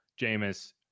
Jameis